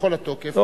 בכל התוקף,